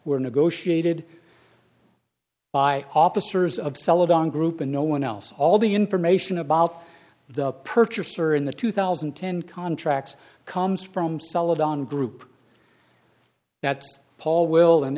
were negotiated by officers of celadon group and no one else all the information about the purchaser in the two thousand and ten contracts comes from celadon group that paul will an